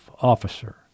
officer